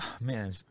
Man